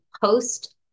post